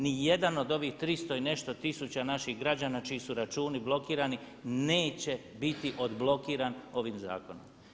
Ni jedan od ovih 300 i nešto tisuća naših građana čiji su računi blokirani neće biti odblokiran ovim zakonom.